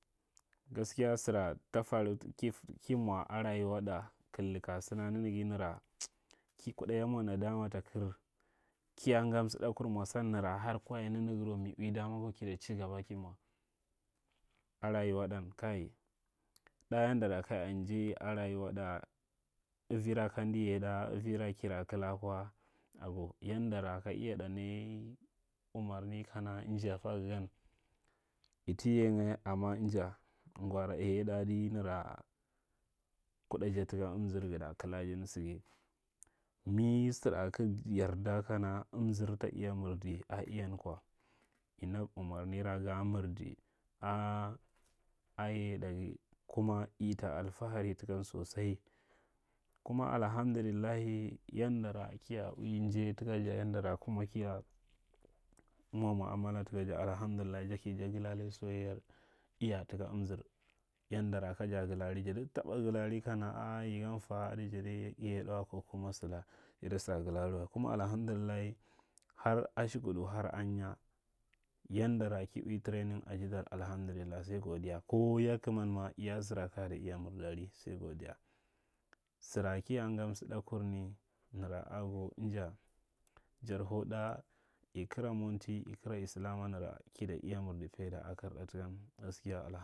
Gaskiya sara ta faru ki mwa a rayuwa ɗa kaidi ka san a nanaga nara, sa kuɗa yam era nadama ta kir kiya nga msiɗakur mwa san nara har kwaye nanagaro mi ui dama kwa kita chi gaba ki mwa a rayuwa ɗan kai, ɗa yandera ka ya a injai a rayuwa ɗa avira kanaa yai ɗai avara ki ra kala kwa, ago, yandara ka iyaɗa nai umurni kana inja ta gagan ita yai nga amma anja ngwar yayaɗa adi nara kuda taka amzir, gadara kalajin saiu. Mi sara kig yarda kana amzar ta iya marda a iyan kwa, i nag umura i rag a mirdi a yayaɗa ga. Kumai ta alfahari takan sosai. Kuma alhandullahi yandara kaya ui njai taka ja yandara kuma kiya mwa mu’amala taka ja alahamdullahi ja ki galali soyayyar iya taka amzir. Yandara kaja galali jadaba taɓar galali kana a’a ya gan fa ada jada taɓa galili wa. Kuma alhamdullahi har ashukuɗu har asinya yandara ki ui training ajidar alhamdullahi sai godiya. sara kiya ga msiɗa kurai nara aga inja, jar hau ɗa i kara ago inja, jar hau ɗa i kara monti, i kira islaman nara kida iya mirai faida a karɗa takan gaskiya maham…